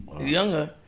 Younger